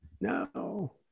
no